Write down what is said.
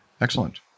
Excellent